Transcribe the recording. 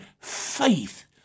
faith